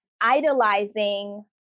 idolizing